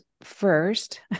first